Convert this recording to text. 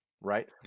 right